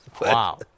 Wow